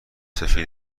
سفید